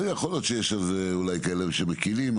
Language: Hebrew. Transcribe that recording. יכול להיות שיש כאלה שמקלים,